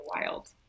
wild